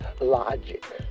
logic